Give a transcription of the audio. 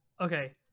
Okay